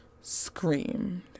screamed